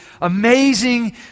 amazing